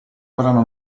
verranno